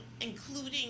including